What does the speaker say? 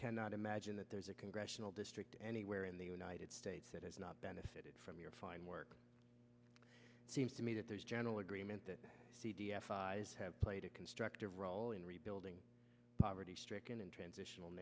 cannot imagine that there's a congressional district anywhere in the united states that has not benefited from your fine work seems to me that there's general agreement that played a constructive role in rebuilding poverty stricken and transitional